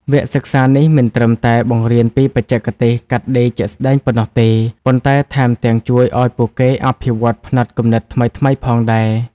វគ្គសិក្សានេះមិនត្រឹមតែបង្រៀនពីបច្ចេកទេសកាត់ដេរជាក់ស្តែងប៉ុណ្ណោះទេ ប៉ុន្តែថែមទាំងជួយឱ្យពួកគេអភិវឌ្ឍផ្នត់គំនិតថ្មីៗផងដែរ។